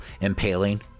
impaling